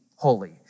holy